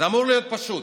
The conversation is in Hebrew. זה אמור להיות פשוט: